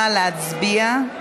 נא להצביע.